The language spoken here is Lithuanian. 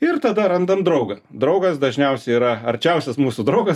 ir tada randam draugą draugas dažniausiai yra arčiausias mūsų draugas